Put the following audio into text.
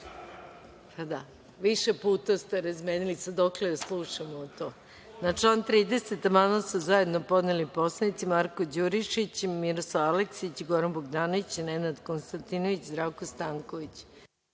smešno. Više puta ste razmenili, dokle da slušam to. Na član 30. amandman su zajedno podneli narodni poslanici Marko Đurišić, Miroslav Aleksić, Goran Bogdanović, Nenad Konstantinović i Zdravko Stanković.